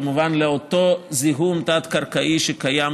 וכמובן לאותו זיהום תת-קרקעי שקיים